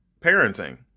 parenting